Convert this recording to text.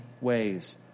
ways